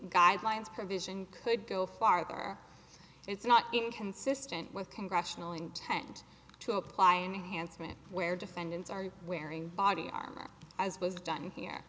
guidelines provision could go farther it's not inconsistent with congressional intent to apply an enhanced moment where defendants are wearing body armor as was done here